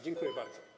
Dziękuję bardzo.